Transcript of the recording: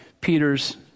Peter's